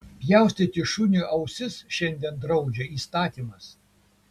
pjaustyti šuniui ausis šiandien draudžia įstatymas